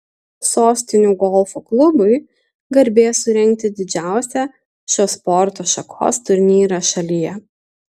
sostinių golfo klubui garbė surengti didžiausią šios sporto šakos turnyrą šalyje